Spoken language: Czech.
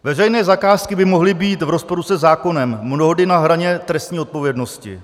Veřejné zakázky by mohly být v rozporu se zákonem, mnohdy na hraně trestní odpovědnosti.